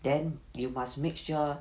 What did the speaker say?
then you must make sure